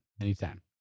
anytime